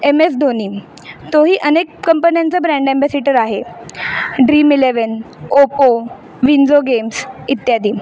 M S Dhoni तोही अनेक कंपन्यांचा ब्रँड एम्बॅसिटर आहे dream eleven Oppo WinZO games इत्यादी